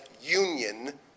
union